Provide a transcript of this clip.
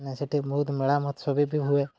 ନାଇଁ ସେଠି ବହୁତ ମେଳା ମହୋତ୍ସବ ବି ବି ହୁଏ